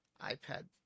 iPad